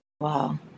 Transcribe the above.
Wow